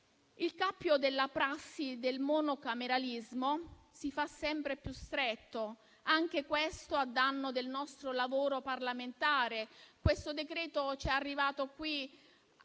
Il cappio della prassi del monocameralismo si fa sempre più stretto, anche questo a danno del nostro lavoro parlamentare. Questo decreto è arrivato